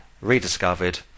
rediscovered